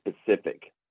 specific